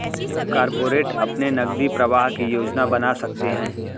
corporate अपने नकदी प्रवाह की योजना बना सकते हैं